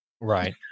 Right